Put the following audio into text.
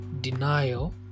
denial